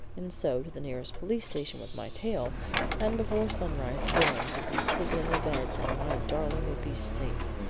and so to the nearest police-station with my tale and before sunrise the villains would be taken in their beds, and my darling would be safe!